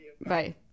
Bye